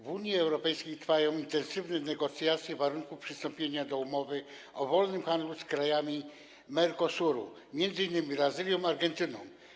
W Unii Europejskiej trwają intensywne negocjacje warunków przystąpienia do umowy o wolnym handlu z krajami Mercosuru, m.in. Brazylią i Argentyną.